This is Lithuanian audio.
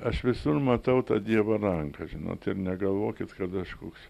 aš visur matau tą dievo ranką žinot ir negalvokit kad aš koks